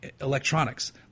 electronics